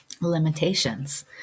limitations